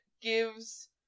gives